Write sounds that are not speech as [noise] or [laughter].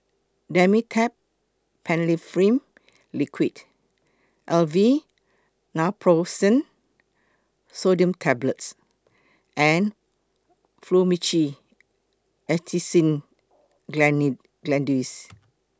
Dimetapp Phenylephrine Liquid Aleve Naproxen Sodium Tablets and Fluimucil Acetylcysteine [unintelligible] Granules